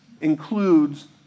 includes